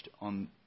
on